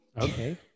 okay